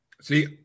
See